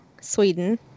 Sweden